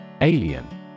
Alien